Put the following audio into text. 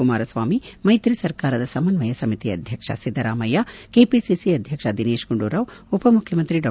ಕುಮಾರಸ್ವಾಮಿ ಮೈತ್ರಿ ಸರ್ಕಾರದ ಸಮನ್ವಯ ಸಮಿತಿ ಅಧ್ಯಕ್ಷ ಸಿದ್ದರಾಮಯ್ಯ ಕೆಪಿಸಿಸಿ ಅಧ್ಯಕ್ಷ ದಿನೇಶ್ ಗುಂಡೂರಾವ್ ಉಪಮುಖ್ಯಮಂತ್ರಿ ಡಾ